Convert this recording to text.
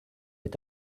est